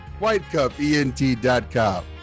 WhiteCupENT.com